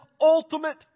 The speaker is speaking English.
ultimate